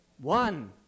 One